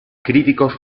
críticos